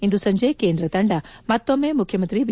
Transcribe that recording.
ಇಂದು ಸಂಜೆ ಕೇಂದ್ರ ತಂಡ ಮತ್ತೊಮ್ಮೆ ಮುಖ್ಯಮಂತ್ರಿ ಬಿ